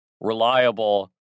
reliable